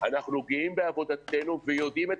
תנו לנו בבקשה את מה שהבטחתם.